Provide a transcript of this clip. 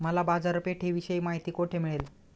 मला बाजारपेठेविषयी माहिती कोठे मिळेल?